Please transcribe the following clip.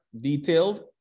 detailed